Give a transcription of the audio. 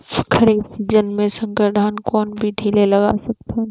खरीफ season मे संकर धान कोन विधि ले लगा सकथन?